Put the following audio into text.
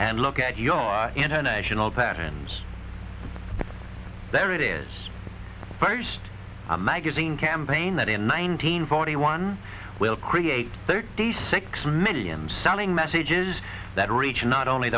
and look at your international patterns there it is first a magazine campaign that in nineteen forty one will create thirty six million selling messages that reach not only